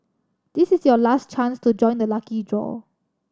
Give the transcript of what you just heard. this is your last chance to join the lucky draw